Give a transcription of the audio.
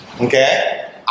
okay